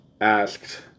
asked